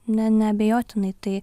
ne neabejotinai tai